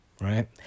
right